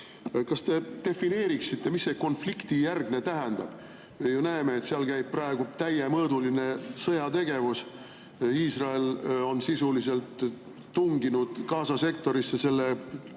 Kas te defineeriksite, mida see konfliktijärgne tähendab? Me ju näeme, et seal käib praegu täiemõõduline sõjategevus. Iisrael on sisuliselt tunginud Gaza sektorisse, selle